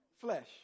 flesh